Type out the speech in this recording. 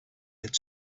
had